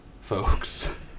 folks